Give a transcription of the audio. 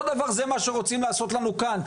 אותו דבר זה מה שרוצים לעשות לנו כאן,